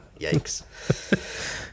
yikes